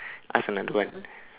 ask another one